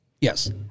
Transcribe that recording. Yes